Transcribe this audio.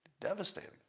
Devastating